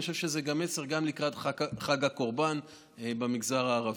אני חושב שזה גם מסר לקראת חג הקורבן במגזר הערבי.